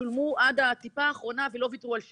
שולמו עד הטיפה האחרונה ולא ויתרו על שקל.